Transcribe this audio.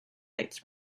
lights